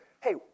hey